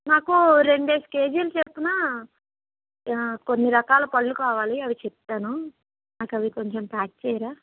నాకు రెండేసి కేజీల చొప్పున కొన్ని రకాల పళ్ళు కావాలి అవి చెప్తాను నాకు అవి కొంచెం ప్యాక్ చేయరా